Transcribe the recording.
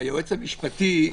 היועץ המשפטי,